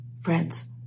friends